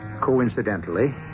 coincidentally